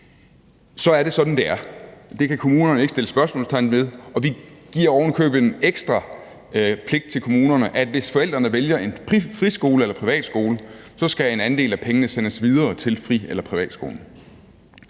så er det sådan, det er, og det kan kommunerne ikke sætte spørgsmålstegn ved, og vi giver ovenikøbet kommunerne en ekstra pligt, nemlig at hvis forældrene vælger en friskole eller en privatskole, så skal en andel af pengene kan sendes videre til fri- eller privatskolen.